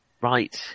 Right